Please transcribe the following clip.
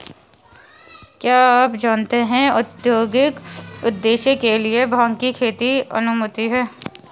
क्या आप जानते है औद्योगिक उद्देश्य के लिए भांग की खेती की अनुमति है?